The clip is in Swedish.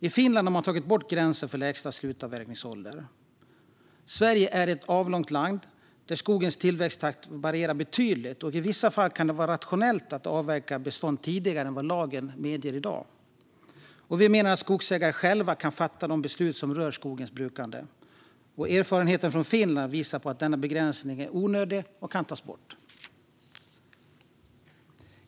I Finland har man tagit bort gränsen för lägsta slutavverkningsålder. Sverige är ett avlångt land där skogens tillväxttakt varierar betydligt, och i vissa fall kan det vara rationellt att avverka bestånd tidigare än vad lagen medger i dag. Vi menar att skogsägare själva kan fatta de beslut som rör skogens brukande. Erfarenheten från Finland visar på att denna begränsning är onödig och kan tas bort.